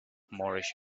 moorish